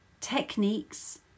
techniques